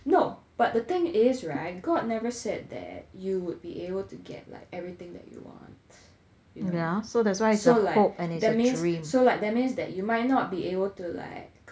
no but the thing is right god never said that you would be able to get like everything that you want you know so like that means so like that means that you might not be able to like